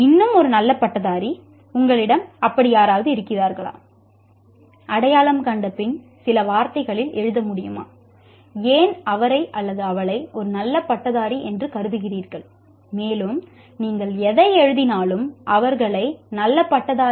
இப்போது நீங்கள் வேதியியல் பி